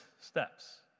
steps